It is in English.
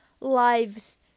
lives